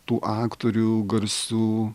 tų aktorių garsių